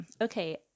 okay